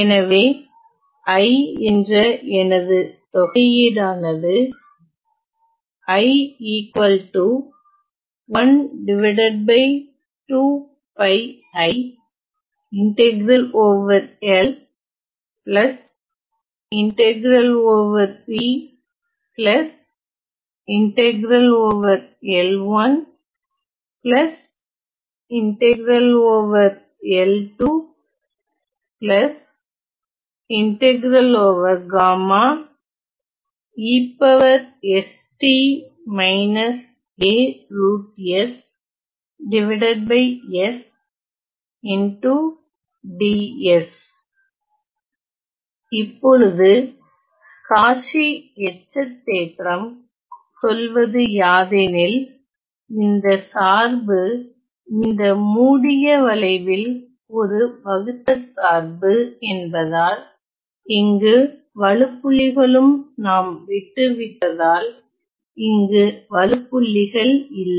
எனவே l என்ற எனது தொகையீடானது இப்பொழுது காச்சி எச்ச தேற்றம் Cauchy's Residue Theorem சொல்வது யாதெனில் இந்த சார்பு இந்த மூடிய வளைவில் ஒரு வகுத்தற்சார்பு என்பதால் இங்கு வழுப்புள்ளிகளும் நாம் விட்டு விட்டதால் இங்கு வழுப்புள்ளிகள் இல்லை